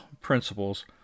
principles